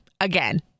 again